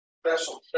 Special